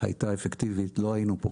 היתה אפקטיבית לא היינו פה.